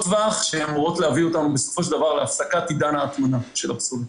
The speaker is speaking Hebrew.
טווח שאמורות להביא לסיום עידן הטמנת הפסולת.